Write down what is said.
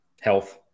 health